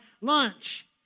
lunch